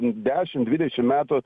dešim dvidešim metų